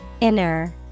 Inner